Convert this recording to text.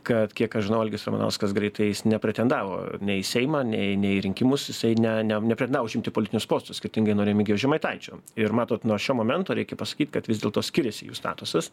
kad kiek aš žinau algis ramanauskas greitai jis nepretendavo nei į seimą nei nei į rinkimus jisai ne ne nepretendavo užimti politinius postus skirtingai nuo remigijaus žemaitaičio ir matot nuo šio momento reikia pasakyt kad vis dėlto skiriasi jų statusas